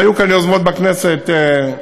היו כאן בכנסת יוזמות,